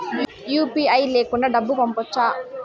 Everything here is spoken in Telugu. యు.పి.ఐ లేకుండా డబ్బు పంపొచ్చా